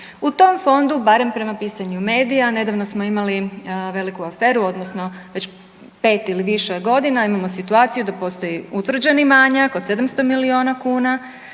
U tom Fondu barem prema pisanju medija nedavno smo imali veliku aferu odnosno već pet ili više godina imamo situaciju a postoji utvrđeni manjak od 700 milijuna kuna